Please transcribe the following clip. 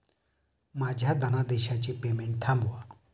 माझ्या धनादेशाचे पेमेंट थांबवा